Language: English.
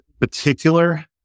particular